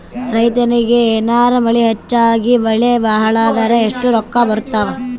ರೈತನಿಗ ಏನಾರ ಮಳಿ ಹೆಚ್ಚಾಗಿಬೆಳಿ ಹಾಳಾದರ ಎಷ್ಟುರೊಕ್ಕಾ ಬರತ್ತಾವ?